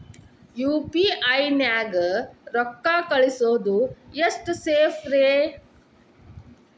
UPI ನ್ಯಾಗ ರೊಕ್ಕ ಕಳಿಸೋದು ಎಷ್ಟ ಸೇಫ್ ರೇ?